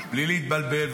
בלי להתבלבל,